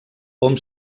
hom